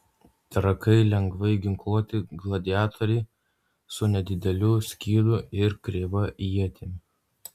trakai lengvai ginkluoti gladiatoriai su nedideliu skydu ir kreiva ietimi